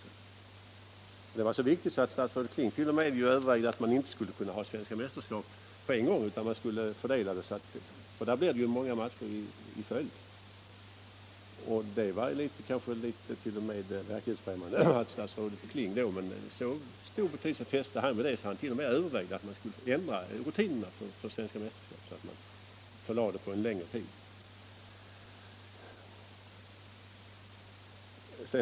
Ja, den var t.o.m. så viktig att statsrådet Kling övervägde om inte SM tävlingarna skulle fördelas på flera gånger i stället för att genomföra dem på en och samma gång, då det alltid blir flera matcher i följd. Det var kanske litet verklighetsfrämmande av statsrådet Kling, men så stor betydelse fäste han vid den bestämmelsen att han som sagt ifrågasatte en ändring av rutinerna för svenska mästerskapen så att tävlingarna utsträcktes under en längre tid.